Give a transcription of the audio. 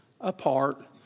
apart